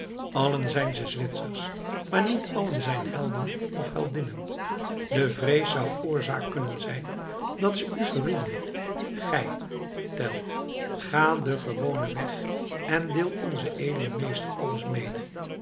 allen zijn ze zwitsers maar niet allen zijn helden of heldinnen de vrees zou oorzaak kunnen zijn dat ze u verrieden gij tell ga den gewonen weg en deel onzen edelen meester alles mede